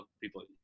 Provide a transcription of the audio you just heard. people